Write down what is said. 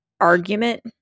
argument